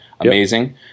amazing